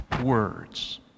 words